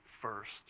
first